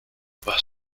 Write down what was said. bus